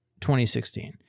2016